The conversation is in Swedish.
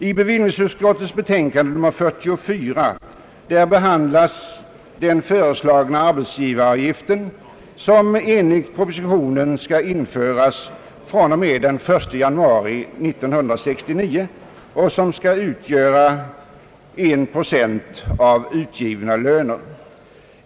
I bevillningsutskottets betänkande nr 44 behandlas den föreslagna arbetsgivaravgiften som enligt propositionen skall införas fr.o.m. den 1 januari 1969 och som skall utgöra 1 procent av utgivna löner.